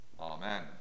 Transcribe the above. Amen